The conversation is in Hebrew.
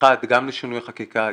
גם לשינוי החקיקה,